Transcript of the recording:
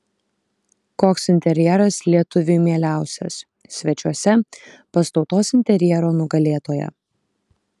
koks interjeras lietuviui mieliausias svečiuose pas tautos interjero nugalėtoją